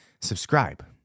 subscribe